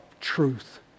truth